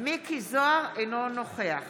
מכלוף מיקי זוהר, אינו נוכח